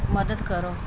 ਮਦਦ ਕਰੋ